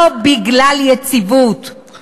לא בגלל יציבות, תודה.